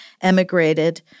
emigrated